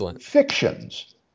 fictions